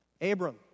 Abram